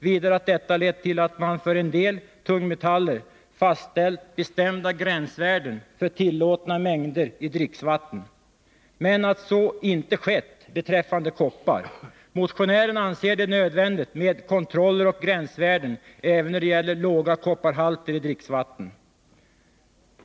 Vidare att detta lett till att man för en del tungmetaller fastställt bestämda gränsvärden för tillåtna mängder i dricksvatten men att så inte skett beträffande koppar. Motionärerna anser det nödvändigt med kontroller och gränsvärden även när det gäller låga kopparhalter i dricksvatten.